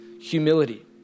humility